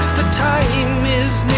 the time um is